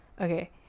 Okay